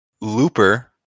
Looper